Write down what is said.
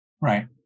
Right